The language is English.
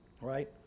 right